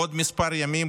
בעוד מספר ימים,